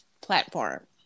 platform